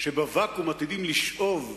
שמה שאני עברתי בגין טעויות